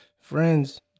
friends